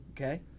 okay